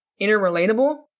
interrelatable